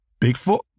Bigfoot